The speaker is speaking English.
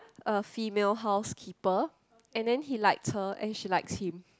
a female housekeeper and then he likes her and she likes him